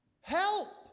Help